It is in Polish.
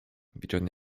wiedziony